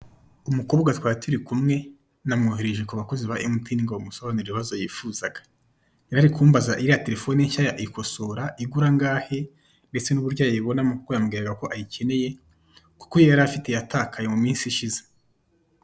Umukobwa twari turi kumwe namwohereje ku bakozi ba Mtn ngo bamusobanurire ibibazo yifuzaga. Yarari kumbaza iriya telefoni nshya ya ikosora igura angahe ndetse n'uburyo ayibonamo kuko yambwiraga ko ayikeneye kuko iyo yarafite yatakaye mu minsi ishize.